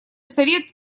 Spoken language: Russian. совет